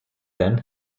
then